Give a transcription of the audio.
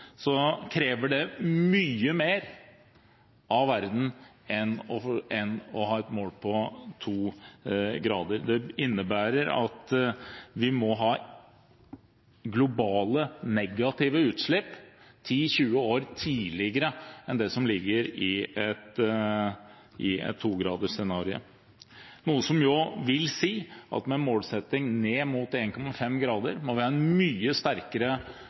krever det mye mer av verden enn å ha et mål på 2 grader. Det innebærer at vi må ha globale negative utslipp 10–20 år tidligere enn det som ligger i et 2-gradersscenario, noe som vil si at med en målsetting ned mot 1,5 grader må vi ha en mye sterkere